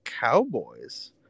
Cowboys